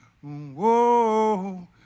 Whoa